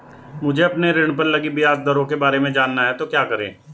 मुझे अपने ऋण पर लगी ब्याज दरों के बारे में जानना है तो क्या करें?